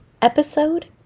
Episode